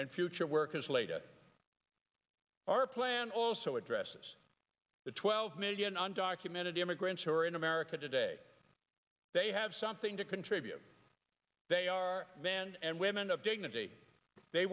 and future work is later our plan also addresses the twelve million undocumented immigrants who are in america today they have something to contribute they are men and women of dignity they